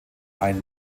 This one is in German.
ein